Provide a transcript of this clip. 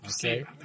okay